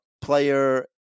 player